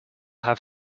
have